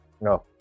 No